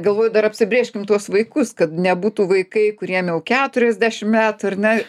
galvoju dar apsibrėžkim tuos vaikus kad nebūtų vaikai kuriem jau keturiasdešim metų ar ne